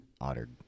Otter